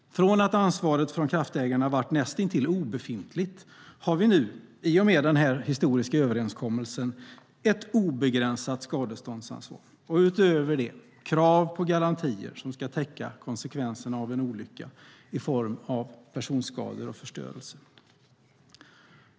Från att ansvaret från kraftägarna varit näst intill obefintligt har vi nu, i och med den här historiska överenskommelsen, nått till ett obegränsat skadeståndsansvar och utöver det krav på garantier som ska täcka konsekvenserna av en olycka i form av personskador och förstörelse.